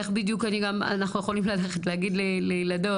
איך בדיוק אנחנו יכולים ללכת להגיד לילדות,